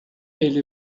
ele